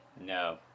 No